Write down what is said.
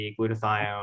glutathione